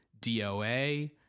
DOA